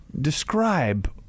Describe